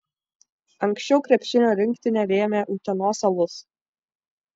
anksčiau krepšinio rinktinę rėmė utenos alus